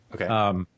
Okay